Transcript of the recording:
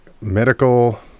medical